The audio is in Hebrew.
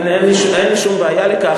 אין לי שום בעיה עם זה.